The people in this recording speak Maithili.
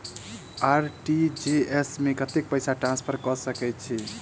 आर.टी.जी.एस मे कतेक पैसा ट्रान्सफर कऽ सकैत छी?